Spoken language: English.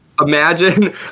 Imagine